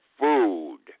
food